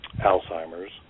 Alzheimer's